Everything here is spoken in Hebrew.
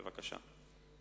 בבקשה.